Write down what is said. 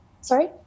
sorry